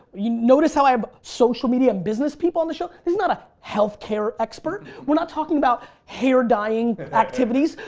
you notice how i have social media and business people on the show. this is not a healthcare expert. we're not talking about hair dying activities.